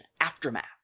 Aftermath